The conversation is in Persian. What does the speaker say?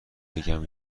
بگم